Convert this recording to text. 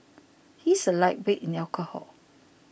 he is a lightweight in alcohol